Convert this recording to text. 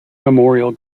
memorial